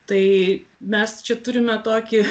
tai mes čia turime tokį